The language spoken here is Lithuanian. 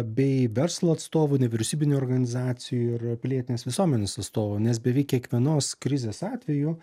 bei verslo atstovų nevyriausybinių organizacijų ir pilietinės visuomenės atstovų nes beveik kiekvienos krizės atveju